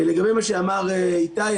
לגבי מה שאמר איתי,